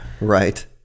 Right